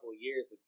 years